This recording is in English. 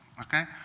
okay